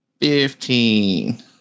Fifteen